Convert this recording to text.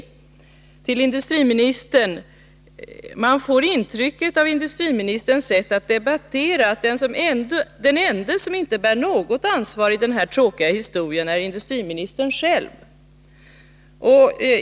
Jag vill till industriministern säga, att man kan få intrycket, av hans sätt att debattera, att den ende som inte bär något ansvar i den här tråkiga historien är industriministern själv.